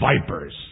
vipers